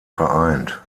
vereint